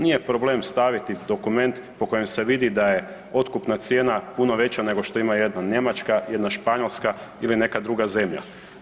Nije problem staviti dokument po kojem se vidi da je otkupna cijena puno veća nego što ima jedna Njemačka, jedna Španjolska ili neka druga zemlja.